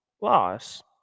loss